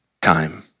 time